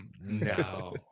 no